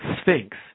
Sphinx